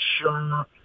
sure